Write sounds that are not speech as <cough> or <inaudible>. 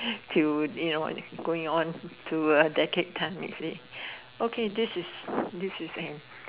<breath> till you know going on to a decade time is it okay this is this is an